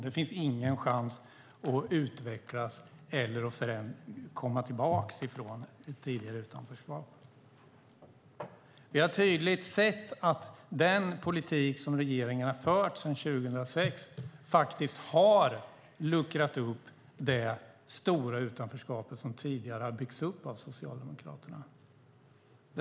Det finns ingen chans att utvecklas eller att komma tillbaka efter ett utanförskap. Vi har tydligt sett att den politik som regeringen sedan 2006 fört faktiskt har luckrat upp det stora utanförskap som tidigare byggts upp av Socialdemokraterna.